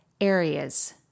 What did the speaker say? areas